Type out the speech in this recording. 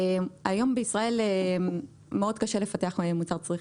היום בישראל מאוד קשה לפתח מוצר צריכה.